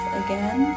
again